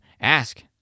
ask